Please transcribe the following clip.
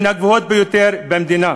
מן הגבוהים ביותר במדינה,